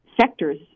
sectors